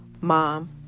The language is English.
Mom